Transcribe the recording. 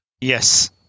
Yes